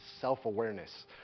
self-awareness